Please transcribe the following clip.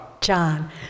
John